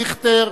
דיכטר,